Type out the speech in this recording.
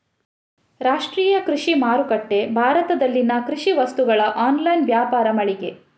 ರಾಷ್ಟ್ರೀಯ ಕೃಷಿ ಮಾರುಕಟ್ಟೆ ಭಾರತದಲ್ಲಿನ ಕೃಷಿ ವಸ್ತುಗಳ ಆನ್ಲೈನ್ ವ್ಯಾಪಾರ ಮಳಿಗೆ